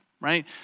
right